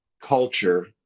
culture